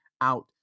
out